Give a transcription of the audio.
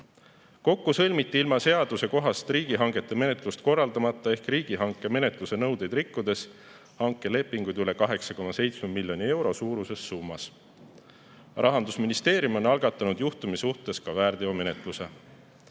Kokku sõlmiti ilma seadusekohast riigihangete menetlust korraldamata ehk riigihanke menetluse nõudeid rikkudes hankelepinguid üle 8,7 miljoni euro suuruses summas. Rahandusministeerium on algatanud juhtumi suhtes ka väärteomenetluse. Riigihangete